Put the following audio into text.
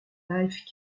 life